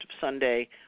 Sunday